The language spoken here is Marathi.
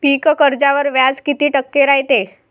पीक कर्जावर व्याज किती टक्के रायते?